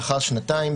לאחר שנתיים,